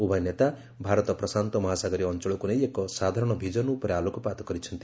ଉଭୟ ନେତା ଭାରତ ପ୍ରଶାନ୍ତ ମହାସାଗରୀୟ ଅଞ୍ଚଳକୁ ନେଇ ଏକ ସାଧାରଣ ଭିଜନ ଉପରେ ଆଲୋକପାତ କରିଛନ୍ତି